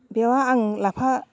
बेयाव आं लाफा